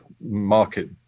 market